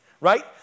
right